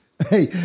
Hey